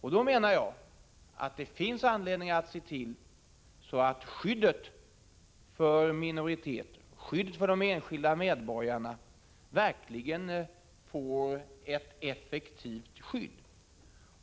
Mot denna bakgrund menar jag att det finns anledning att se till att minoriteter och enskilda medborgare verkligen får ett effektivt skydd.